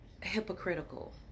hypocritical